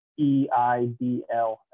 EIDL